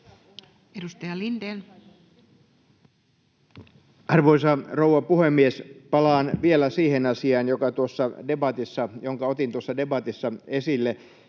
15:32 Content: Arvoisa rouva puhemies! Palaan vielä siihen asiaan, jonka otin tuossa debatissa esille.